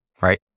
right